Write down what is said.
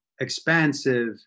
expansive